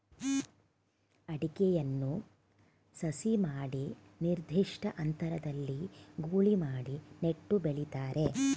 ಅಡಿಕೆಯನ್ನು ಸಸಿ ಮಾಡಿ ನಿರ್ದಿಷ್ಟ ಅಂತರದಲ್ಲಿ ಗೂಳಿ ಮಾಡಿ ನೆಟ್ಟು ಬೆಳಿತಾರೆ